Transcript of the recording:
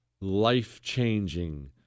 life-changing